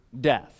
death